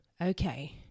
okay